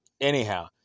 Anyhow